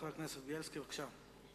חבר הכנסת זאב בילסקי, בבקשה.